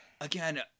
Again